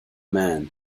man